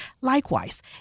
Likewise